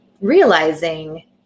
realizing